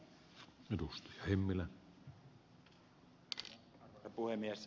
arvoisa puhemies